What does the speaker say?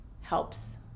helps